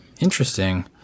Interesting